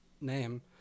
name